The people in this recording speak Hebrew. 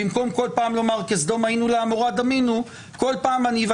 במקום לומר בכל פעם: כסדום היינו לעמורה דמינו,